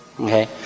Okay